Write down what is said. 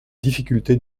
difficultés